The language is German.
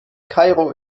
kairo